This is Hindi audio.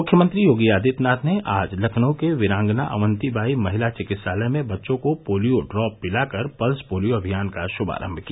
मुख्यमंत्री योगी आदित्यनाथ आज लखनऊ के वीरांगना अवन्तीबाई महिला चिकित्सालय में बच्चों को पोलियो डॉप पिलाकर पल्स पोलिया अभियान का श्मारम्भ किया